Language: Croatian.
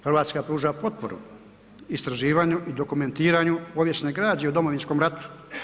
Hrvatska pruža potporu istraživanju i dokumentiranju povijesne građe u Domovinskom ratu.